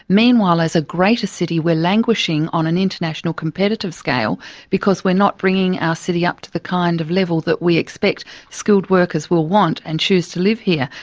meanwhile as a greater city we're languishing on an international competitive scale because we're not bringing our city up to the kind of level that we expect skilled workers will want and choose to live here.